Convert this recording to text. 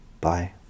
Bye